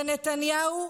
ונתניהו?